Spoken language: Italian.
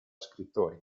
scrittori